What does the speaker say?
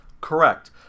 Correct